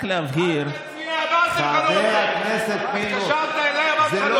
רק להבהיר, התקשרת אליי, אמרתי לך לא.